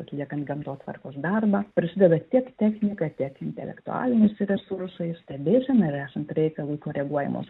atliekant gamtotvarkos darbą prisideda tiek technika tiek intelektualiniais resursais stebėsena ir esant reikalui koreguojamos